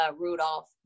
Rudolph